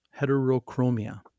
heterochromia